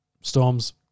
Storms